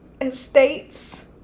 Estates